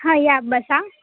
हां या बसा